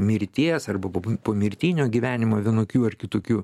mirties arba pomirtinio gyvenimo vienokių ar kitokių